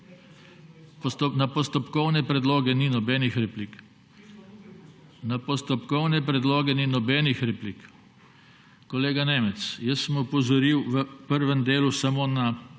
Na postopkovne predloge ni nobenih replik. Na postopkovne ni nobenih replik. Kolega Nemec, jaz sem opozoril v prvem delu samo na